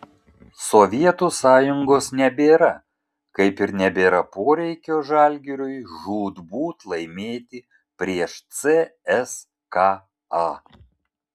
sovietų sąjungos nebėra kaip ir nebėra poreikio žalgiriui žūtbūt laimėti prieš cska